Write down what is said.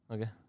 Okay